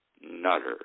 nutter